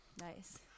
Nice